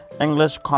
English